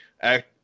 act